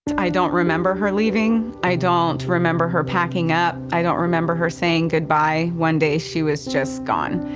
i don't remember her leaving. i don't remember her packing up. i don't remember her saying goodbye. one day she was just gone.